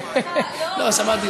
לא שמעת את כולם, למה אתה מעליב?